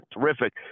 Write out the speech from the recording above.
terrific